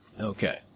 Okay